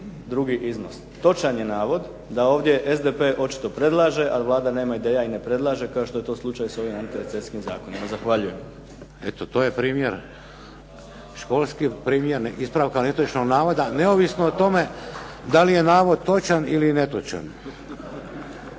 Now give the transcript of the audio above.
drugi iznos. Točan je navod da ovdje SDP očito predlaže, ali Vlada nema ideja i ne predlaže kao što je to slučaj s ovim antirecesijskim zakonima. Zahvaljujem. **Šeks, Vladimir (HDZ)** Eto, to je primjer, školski primjer ispravka netočnog navoda, neovisno o tome da li je navod točan ili netočan.